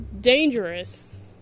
dangerous